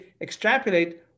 extrapolate